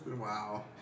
Wow